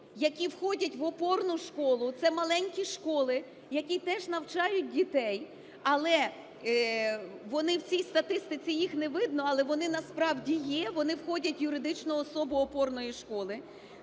які входять в опорну школу, це маленькі школи, які теж навчають дітей, але вони…, в цій статистиці їх не видно, але вони насправді є, вони входять в юридичну особу опорної школи.